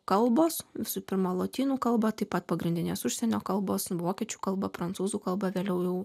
kalbos visų pirma lotynų kalba taip pat pagrindinės užsienio kalbos vokiečių kalba prancūzų kalba vėliau jau